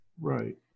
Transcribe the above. right